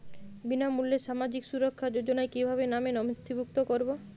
বিনামূল্যে সামাজিক সুরক্ষা যোজনায় কিভাবে নামে নথিভুক্ত করবো?